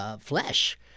flesh